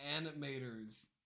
animators